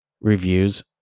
reviews